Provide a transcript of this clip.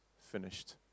finished